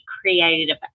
creative